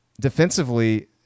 defensively –